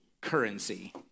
currency